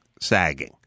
sagging